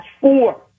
four